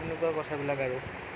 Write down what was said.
তেনেকুৱা কথাবিলাক আৰু